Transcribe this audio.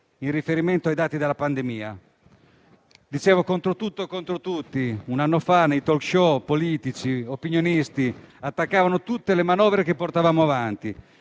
in riferimento ai dati della pandemia. Dicevo: contro tutto e contro tutti, e un anno fa nei *talk show* politici e opinionisti attaccavano tutte le manovre che portavamo avanti.